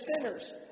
sinners